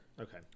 Okay